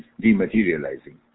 dematerializing